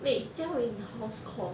wait is jia wei in house comm